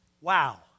Wow